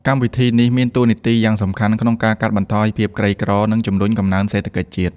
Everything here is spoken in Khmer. កម្មវិធីនេះមានតួនាទីយ៉ាងសំខាន់ក្នុងការកាត់បន្ថយភាពក្រីក្រ និងជំរុញកំណើនសេដ្ឋកិច្ចជាតិ។